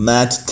Mad